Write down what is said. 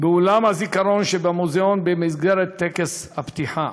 באולם הזיכרון שבמוזיאון במסגרת טקס הפתיחה.